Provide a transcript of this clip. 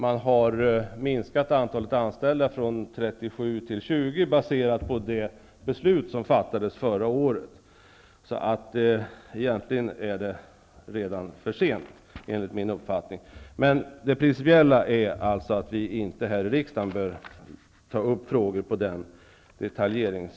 Man har minskat antalet anställda från 37 till 20, baserat på det beslut som fattades förra året, så egentligen är det redan för sent. Rent principiellt bör vi här i riksdagen inte ta upp sådana detaljfrågor.